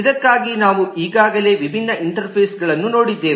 ಇದಕ್ಕಾಗಿ ನಾವು ಈಗಾಗಲೇ ವಿಭಿನ್ನ ಇಂಟರ್ಫೇಸ್ಗಳನ್ನು ನೋಡಿದ್ದೇವೆ